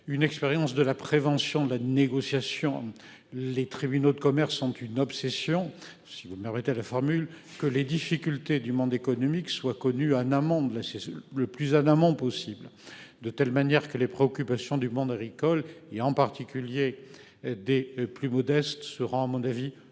une expérience de la prévention de la négociation. Les tribunaux de commerce sont une obsession si vous ne méritez la formule que les difficultés du monde économique soit connu en amont de la sieste le plus en amont possible de telle manière que les préoccupations du monde agricole et en particulier des plus modestes se rend à mon avis fort bien